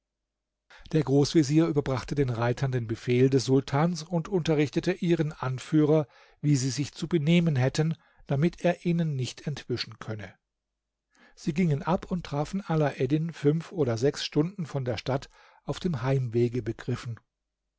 der großvezier überbrachte den reitern den befehl des sultans und unterrichtete ihren anführer wie sie sich zu benehmen hätten damit er ihnen nicht entwischen könne sie gingen ab und trafen alaeddin fünf oder sechs stunden von der stadt auf dem heimwege begriffen